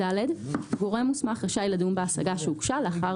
גורם מוסמך רשאי לדון בהשגה שהוגשה לאחר